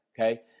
okay